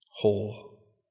whole